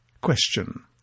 Question